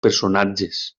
personatges